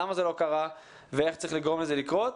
למה זה לא קרה ואיך צריך לגרום לזה לקרות.